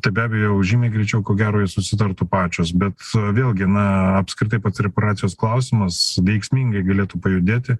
tai be abejo jau žymiai greičiau ko gero jos susitartų pačios bet vėlgi na apskritai pats reperacijos klausimas veiksmingai galėtų pajudėti